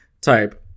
type